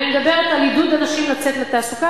אני מדברת על עידוד נשים לצאת לעבודה,